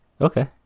okay